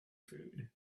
food